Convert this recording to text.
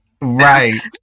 right